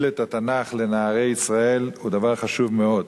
את התנ"ך לנערי ישראל הוא דבר חשוב מאוד.